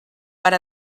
per